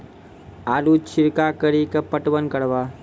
आलू छिरका कड़ी के पटवन करवा?